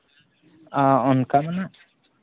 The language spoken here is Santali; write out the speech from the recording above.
ᱟᱨ ᱚᱱᱠᱟ ᱫᱚ ᱱᱟᱜ